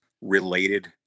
related